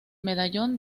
medallón